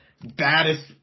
baddest